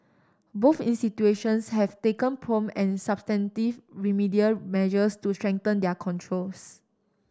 both institutions have taken prompt and substantive remedial measures to strengthen their controls